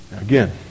Again